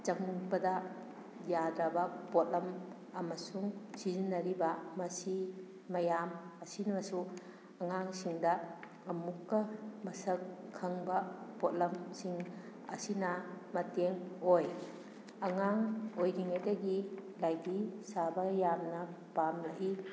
ꯆꯪꯕꯗ ꯌꯥꯗ꯭ꯔꯕ ꯄꯣꯠꯂꯝ ꯑꯃꯁꯨꯡ ꯁꯤꯖꯤꯟꯅꯔꯤꯕ ꯃꯁꯤ ꯃꯌꯥꯝ ꯑꯁꯤꯅꯁꯨ ꯑꯉꯥꯡꯁꯤꯡꯗ ꯑꯃꯨꯛꯀ ꯃꯁꯛ ꯈꯪꯕ ꯄꯣꯠꯂꯝꯁꯤꯡ ꯑꯁꯤꯅ ꯃꯇꯦꯡ ꯑꯣꯏ ꯑꯉꯥꯡ ꯑꯣꯏꯔꯤꯉꯩꯗꯒꯤ ꯂꯥꯏꯗꯤ ꯁꯥꯕ ꯌꯥꯝꯅ ꯄꯥꯝꯂꯛꯏ